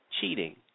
cheating